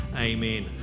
amen